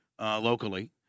locally